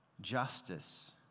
justice